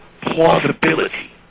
plausibility